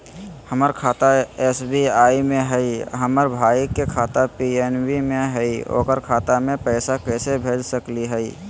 हमर खाता एस.बी.आई में हई, हमर भाई के खाता पी.एन.बी में हई, ओकर खाता में पैसा कैसे भेज सकली हई?